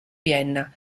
vienna